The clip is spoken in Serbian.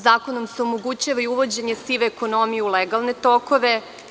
Zakonom se omogućava i uvođenje sive ekonomije u legalne tokove.